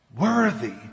worthy